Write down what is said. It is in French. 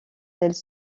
tels